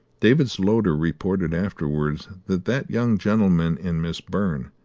david's loader reported afterwards that that young gentleman and miss byrne,